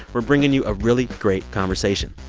we're bringing you a really great conversation.